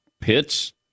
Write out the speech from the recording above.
pits